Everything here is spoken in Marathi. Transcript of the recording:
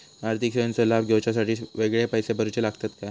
आर्थिक सेवेंचो लाभ घेवच्यासाठी वेगळे पैसे भरुचे लागतत काय?